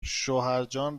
شوهرجان